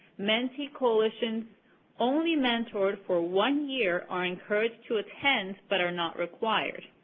mentee coalitions only mentored for one year are encouraged to attend, but are not required.